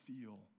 feel